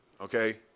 okay